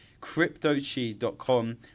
CryptoChi.com